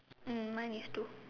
mm mine is two